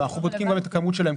אנחנו בודקים גם את הכמות שלהם,